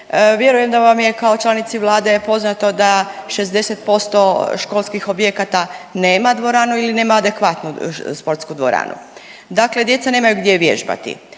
vjerujem da vam je kao članici vlade poznato da 60% školskih objekata nema dvoranu ili nema adekvatnu sportsku dvoranu. Dakle, djeca nemaju gdje vježbati.